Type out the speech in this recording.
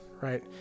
right